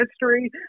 history